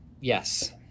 yes